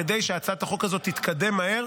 כדי שהצעת החוק הזאת תתקדם מהר.